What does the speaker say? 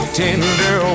tender